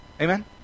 Amen